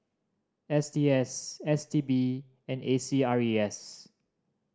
S T S S T B and A C R E S